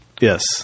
Yes